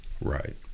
Right